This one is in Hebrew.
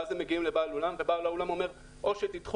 ואז הם מגיעים לבעל האולם והוא אומר: או שתדחו